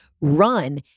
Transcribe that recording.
run